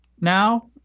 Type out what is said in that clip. now